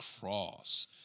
Cross